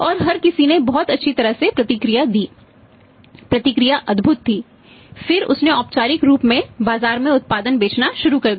और हर किसी ने बहुत अच्छी तरह से प्रतिक्रिया दी प्रतिक्रिया अद्भुत थी फिर उसने औपचारिक रूप से बाजार में उत्पाद बेचना शुरू कर दिया